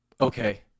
Okay